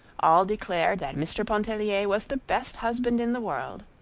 all declared that mr. pontellier was the best husband in the world.